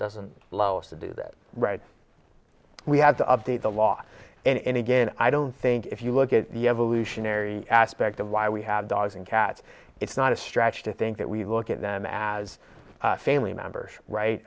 doesn't allow us to do that right we have to update the law and again i don't think if you look at the evolutionary aspect of why we have dogs and cats it's not a stretch to think that we look at them as family members right